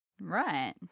Right